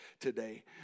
today